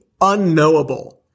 unknowable